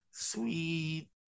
sweet